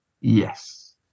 Yes